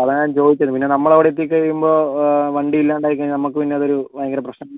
അതാണ് ഞാൻ ചോദിച്ചത് പിന്നെ നമ്മൾ അവിടെ എത്തിക്കഴിയുമ്പോൾ വണ്ടി ഇല്ലാണ്ടായിക്കഴിഞ്ഞാൽ നമുക്ക് പിന്നെ അതൊരു ഭയങ്കര പ്രശ്നമാണ്